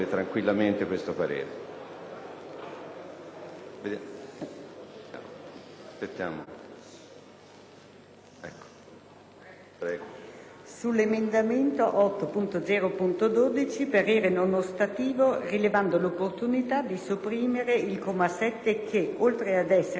sull'emendamento 8.0.12 parere non ostativo, rilevando l'opportunità dì sopprimere il comma 7 che, oltre ad essere lesivo delle competenze costituzionalmente